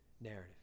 narrative